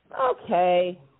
Okay